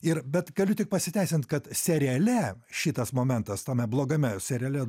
ir bet galiu tik pasiteisint kad seriale šitas momentas tame blogame seriale